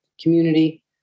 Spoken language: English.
Community